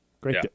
great